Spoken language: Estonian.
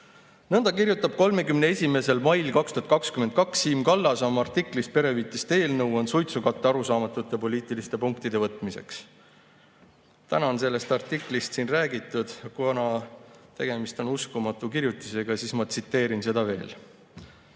Nõnda kirjutab 31. mail 2022 Siim Kallas oma artiklis "Perehüvitiste eelnõu on suitsukate arusaamatute poliitiliste punktide võtmiseks". Täna on sellest artiklist siin räägitud. Kuna tegemist on uskumatu kirjutisega, siis ma tsiteerin seda veel.